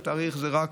זה אולי רק